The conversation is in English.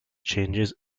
changes